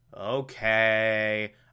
Okay